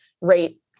rate